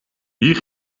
hier